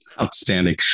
outstanding